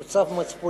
שהוא צו מצפוני.